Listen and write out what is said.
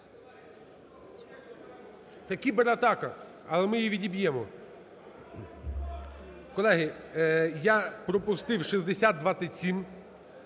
Це – кібератака, але ми її відіб'ємо. Колеги, я пропустив 6027.